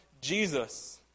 Jesus